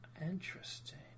Interesting